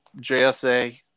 JSA